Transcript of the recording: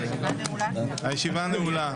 הישיבה נעולה.